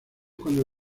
cuando